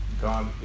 God